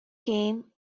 came